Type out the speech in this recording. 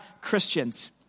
Christians